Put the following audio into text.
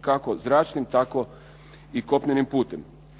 kako zračnim tako i kopnenim putem.